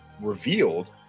revealed